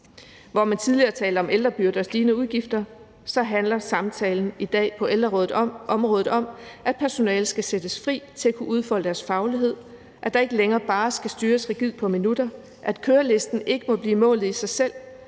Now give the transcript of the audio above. Hvor man tidligere talte om en ældrebyrde og om stigende udgifter, handler samtalen på ældreområdet i dag om, at personalet skal sættes fri til at kunne udfolde deres faglighed, at der ikke længere bare skal styres rigidt i forhold til antallet af minutter, og at kørelisten ikke må blive målet i sig selv.